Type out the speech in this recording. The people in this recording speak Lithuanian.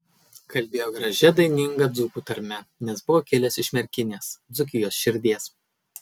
kalbėjo gražia daininga dzūkų tarme nes buvo kilęs iš merkinės dzūkijos širdies